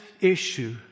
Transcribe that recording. issue